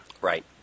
Right